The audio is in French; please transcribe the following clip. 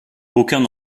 aucun